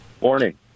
Morning